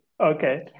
Okay